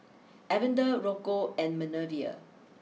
Evander Rocco and Minervia